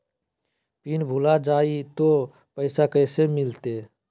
Pin भूला जाई तो पैसा कैसे मिलते?